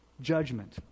judgment